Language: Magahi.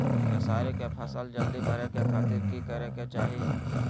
खेसारी के फसल जल्दी बड़े के खातिर की करे के चाही?